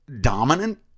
dominant